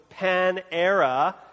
panera